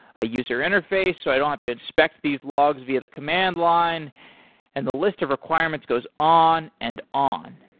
a user interface so i don't have to inspect these logs via the command line and the list of requirements goes on and on,